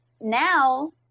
now